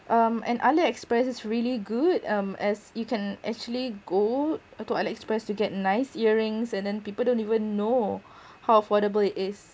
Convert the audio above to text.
um and Aliexpress is really good um as you can actually go uh to Aliexpress to get nice earrings and then people don't even know how affordable it is